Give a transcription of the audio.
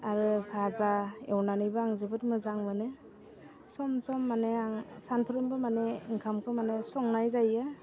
आरो फाजा एवनानैबो आं जोबोद मोजां मोनो सम सम माने आं सानफ्रोमबो माने ओंखामखौ माने संनाय जायो